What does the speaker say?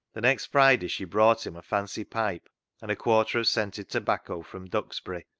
the next friday she brought him a fancy pipe and a quarter of scented tobacco from duxbury,